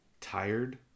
tired